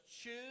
choose